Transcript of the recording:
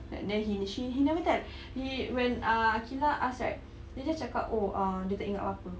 like then he she he never tell he when ah aqilah asked right dia just cakap oh dia tak ingat apa-apa